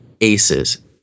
Aces